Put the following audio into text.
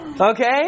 Okay